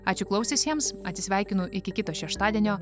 ačiū klausiusiems atsisveikinu iki kito šeštadienio